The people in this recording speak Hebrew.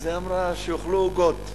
אז היא אמרה: שיאכלו עוגות.